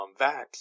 vax